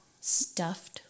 stuffed